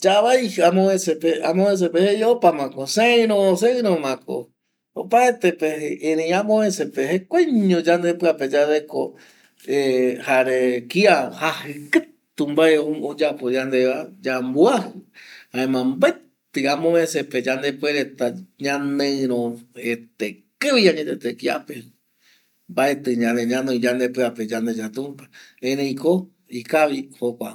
Yavai amovese pe jei opa ma ko seiro ma ko opaete jei erei amovese pe jekuai ño yande pia pe yareko jare kia jaji katu mbae oyapo yandeva yambuaji jamea mbaeti amovese pe ipuereta ñaneiro ete kavi añetete kia pe mbaeti ñanoi yandepia pe yande yatumpa erei ko ikavi jokua